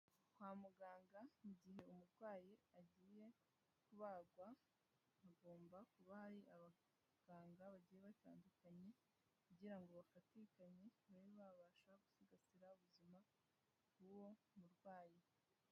Kwa muganga igihe umurwayi agiye kubagwa, hagomba kuba hari abaganga bagiye batandukanye, kugira ngo bafatikanye babe babasha gusigasira ubuzima bw'uwo murwayi.